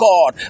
God